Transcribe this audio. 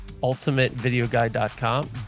UltimateVideoGuide.com